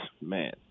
man